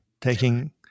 taking